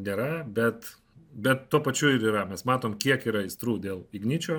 nėra bet bet tuo pačiu ir yra mes matom kiek yra aistrų dėl igničio